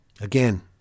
Again